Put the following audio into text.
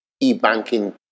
e-banking